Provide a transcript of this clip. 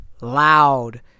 loud